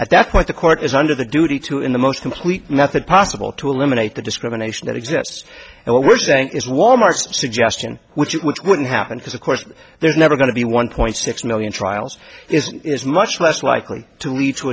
at that point the court is under the duty to in the most complete method possible to eliminate the discrimination that exists and what we're saying is wal mart's suggestion which which wouldn't happen because of course there's never going to be one point six million trials is is much less likely to lead to